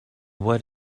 what